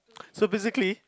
so basically